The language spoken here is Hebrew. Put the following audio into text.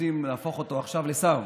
שרוצים להפוך אותו עכשיו לשר.